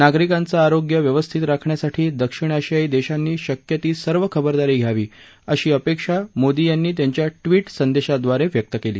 नागरिकांचं आरोग्य व्यवस्थित राखण्यासाठी दक्षिण आशियायी देशांनी शक्य ती सर्व खबरदारी घ्यावी अशा अपेक्षा मोदी यांनी त्यांच्या संदेशाद्वारे व्यक्त केल्या